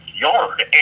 Yard